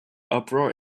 uproar